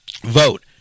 vote